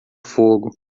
fogo